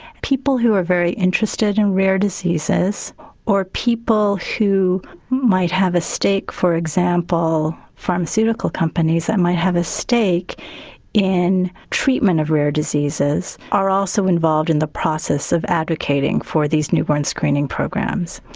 people who are very interested in rare diseases or people who might have a stake, for example pharmaceutical companies and might have a stake in the treatment of rare diseases, are also involved in the process of advocating for these newborn screening programs.